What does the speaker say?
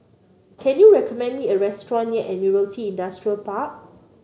can you recommend me a restaurant near Admiralty Industrial Park